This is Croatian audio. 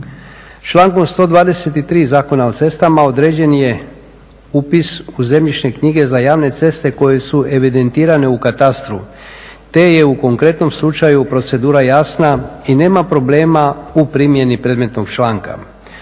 Člankom 123. Zakona o cestama određen je upis u zemljišne knjige za javne ceste koje su evidentirane u katastru te je u konkretnom slučaju procedura jasna i nema problema u primjeni predmetnog članka.